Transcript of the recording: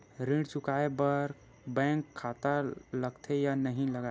ऋण चुकाए बार बैंक खाता लगथे या नहीं लगाए?